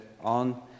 on